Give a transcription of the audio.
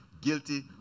guilty